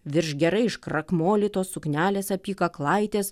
virš gerai iškrakmolytos suknelės apykaklaitės